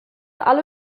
alle